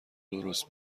درست